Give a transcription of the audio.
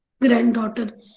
granddaughter